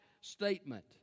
statement